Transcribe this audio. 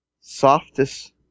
softest